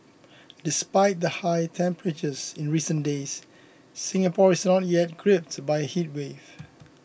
despite the high temperatures in recent days Singapore is not yet gripped by a heatwave